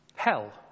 hell